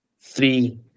three